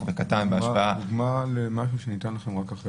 וקטן בהשוואה --- תן דוגמה למשהו שניתן לכם רק אחרי